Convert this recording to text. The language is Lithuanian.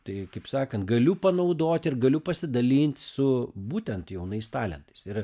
tai kaip sakant galiu panaudot ir galiu pasidalint su būtent jaunais talentais ir